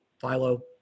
Philo